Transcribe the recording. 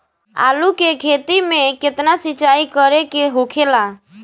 आलू के खेती में केतना सिंचाई करे के होखेला?